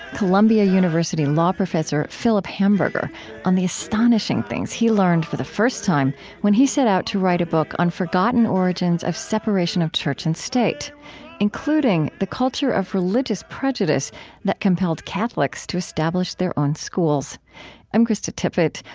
columbia university law professor philip hamburger on the astonishing things he learned for the first time when he set out to write a book on the forgotten origins of separation of church and state including the culture of religious prejudice that compelled catholics to establish their own schools i'm krista tippett.